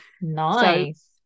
Nice